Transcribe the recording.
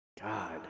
God